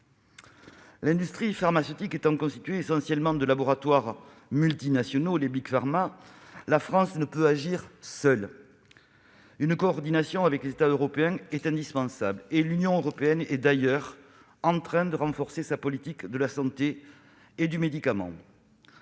L'industrie pharmaceutique étant constituée essentiellement de laboratoires multinationaux, les Big Pharma, la France ne peut agir seule. Une coordination avec les États européens est indispensable. L'Union européenne est d'ailleurs en train de renforcer sa politique de la santé et du médicament.